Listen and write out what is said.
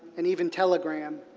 and even telegram,